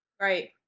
Right